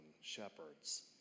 shepherds